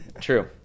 True